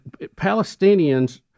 Palestinians